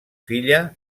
filla